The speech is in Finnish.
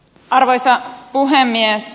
arvoisa puhemies